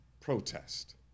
protest